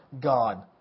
God